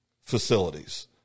facilities